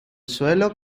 suelo